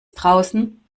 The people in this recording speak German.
draußen